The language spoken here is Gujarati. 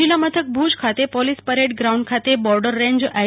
જિલ્લા મથક ભુજ ખાતે પોલીસ પરેડ શ્રાઉન્ડ ખાતે બોર્ડર રેન્જ આઈ